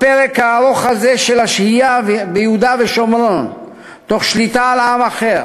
הפרק הארוך הזה של השהייה ביהודה ושומרון תוך שליטה על עם אחר